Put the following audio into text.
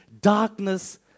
darkness